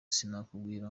sinakubwira